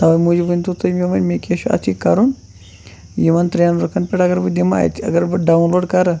تَوَے موٗجوٗب ؤنۍتو تُہۍ مےٚ وۄنۍ مےٚ کیٛاہ چھِ اَتھ یہِ کَرُن یِمَن ترٛٮ۪ن رۄپیَن پٮ۪ٹھ اگر بہِٕ دِمہٕ اَتہِ اگر بہٕ ڈاوُن لوڈ کَرٕ